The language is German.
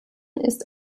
ist